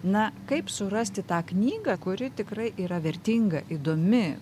na kaip surasti tą knygą kuri tikrai yra vertinga įdomi